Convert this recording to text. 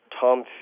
Tom